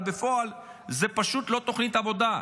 אבל בפועל זה פשוט לא תוכנית עבודה.